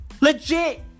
Legit